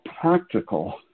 practical